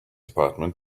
department